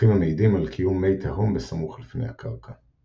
צמחים המעידים על קיום מי תהום בסמוך לפני הקרקע.